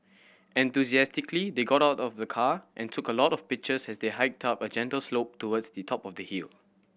enthusiastically they got out of the car and took a lot of pictures as they hiked up a gentle slope towards the top of the hill